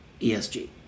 ESG